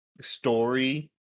story